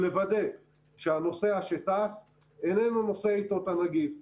לוודא שהנוסע שטס איננו נושא איתו את הנגיף,